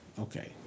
Okay